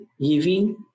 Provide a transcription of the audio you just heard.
giving